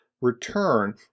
return